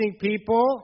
people